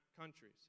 countries